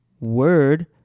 word